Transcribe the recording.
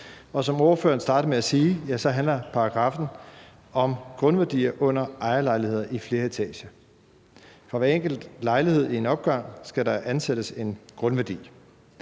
Og som ordføreren starter med at sige, handler paragraffen om værdien af grunde under ejerlejligheder i flere etager. For hver enkelt lejlighed i en opgang skal der ansættes en grundværdi.